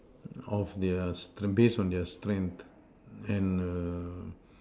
of their it's based on their strength and the